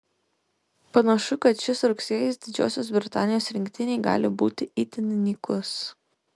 panašu kad šis rugsėjis didžiosios britanijos rinktinei gali būti itin nykus